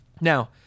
Now